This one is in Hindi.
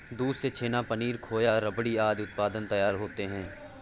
दूध से छेना, पनीर, खोआ, रबड़ी आदि उत्पाद तैयार होते हैं